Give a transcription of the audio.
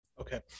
Okay